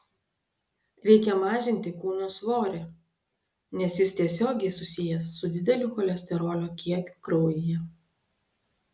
reikia mažinti kūno svorį nes jis tiesiogiai susijęs su dideliu cholesterolio kiekiu kraujuje